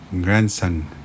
grandson